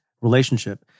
relationship